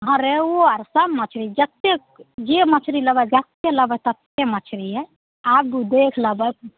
हँ रेहुओ आओर सब मछरी जतेक जे मछरी लेबै जतेक लेबै ततेक मछरी हइ आबू देख लेबै